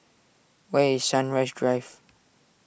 where is Sunrise Drive